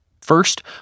First